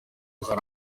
hari